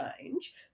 change